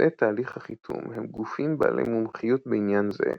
מבצעי תהליך החיתום הם גופים בעלי מומחיות בעניין זה,